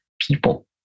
people